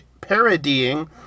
parodying